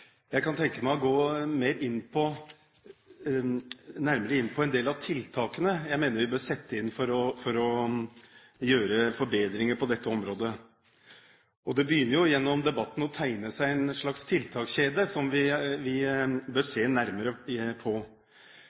Jeg kan tenke meg å gå nærmere inn på en del av tiltakene jeg mener vi bør sette inn for å gjøre forbedringer på dette området. Det begynner jo gjennom debatten å tegne seg en slags tiltakskjede som vi bør se nærmere på.